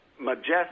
majestic